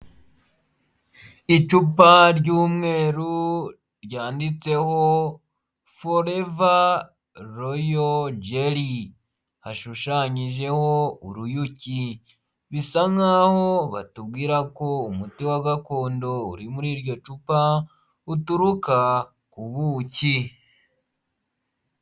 Icupa ry'umweru ryanditseho foreva royo jeri hashushanyijeho uruyuki bisa nkaho batubwira ko umuti wa gakondo uri muri iryo cupa uturuka ku buki.